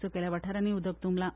सकयल्ल्या वाठारांनी उदक तूंबलां